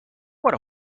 what